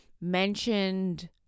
mentioned